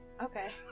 okay